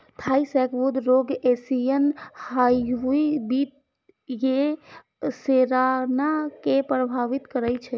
Thai sacbrood रोग Asian hive बी.ए सेराना कें प्रभावित करै छै